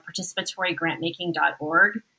participatorygrantmaking.org